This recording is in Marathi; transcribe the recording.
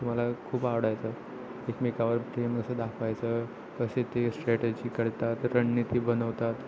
तो मला खूप आवडायचा एकमेकावर प्रेम कसं दाखवायचं कसे ते स्ट्रॅटजी करतात रणनीती बनवतात